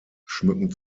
schmücken